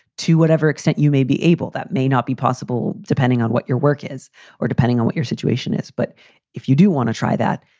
to whatever extent you may be able, that may not be possible depending on what your work is or depending on what your situation is. but if you do want to try that,